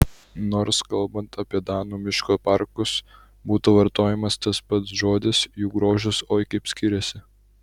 nors kalbant apie danų miško parkus būtų vartojamas tas pats žodis jų grožis oi kaip skiriasi